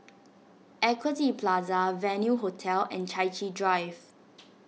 Equity Plaza Venue Hotel and Chai Chee Drive